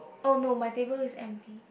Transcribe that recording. oh no my table is empty